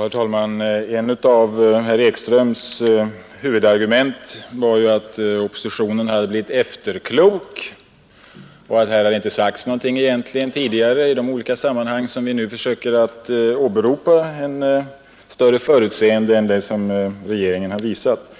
Herr talman! Ett av herr Ekströms huvudargument var att oppositionen hade blivit efterklok och att det egentligen inte har sagts någonting som utgör stöd för våra försök att åberopa ett större förutseende än det som regeringen har visat.